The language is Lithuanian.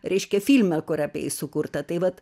reiškia filme kuria sukurta tai vat